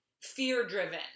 fear-driven